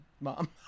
mom